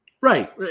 Right